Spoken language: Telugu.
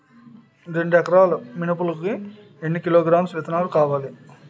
రెండు ఎకరాల మినుములు కి ఎన్ని కిలోగ్రామ్స్ విత్తనాలు కావలి?